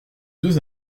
deux